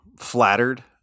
flattered